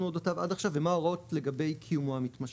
אודותיו עד עכשיו ומה ההוראות לגבי קיומו המתמשך?